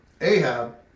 Ahab